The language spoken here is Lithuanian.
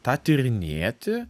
tą tyrinėti